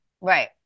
Right